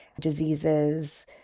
diseases